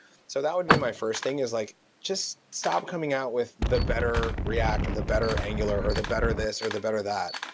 so that would be my first thing, is like just stop coming out with the better react, or the better angular, or the better this, or the better that.